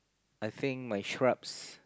I think my scrubs